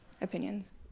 opinions